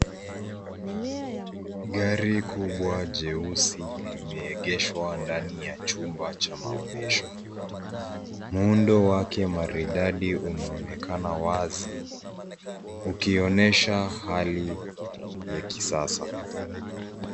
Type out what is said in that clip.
Gari kubwa, jeusi limeegeshwa ndani ya chumba cha maonyesho, muundo wake maridadi unaonekana wazi, ukionyesha hali, ya kisasa.